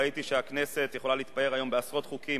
ראיתי שהכנסת יכולה להתפאר היום בעשרות חוקים